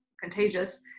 contagious